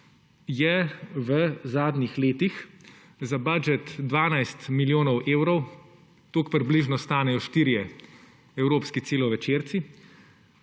je v zadnjih letih za budžet 12 milijonov evrov, toliko približno stanejo štirje evropski celovečerci,